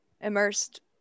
immersed